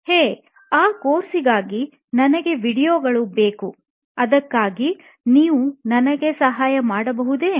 ಹೇ ಆ ಕೋರ್ಸ್ಗಾಗಿ ನನಗೆ ವೀಡಿಯೊಗಳು ಬೇಕು ಅದಕ್ಕಾಗಿ ನೀವು ನನಗೆ ಸಹಾಯ ಮಾಡಬಹುದೇ